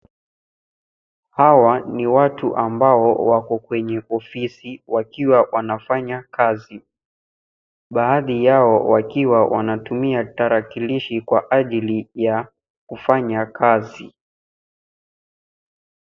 Hawa ni watu ambao wako kwenye ofisi wakiwa wanafanya kazi. Baadhi yao wakiwa wanatumia tarakilishi kwa ajili ya kufanya kazi.